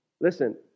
Listen